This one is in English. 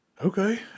okay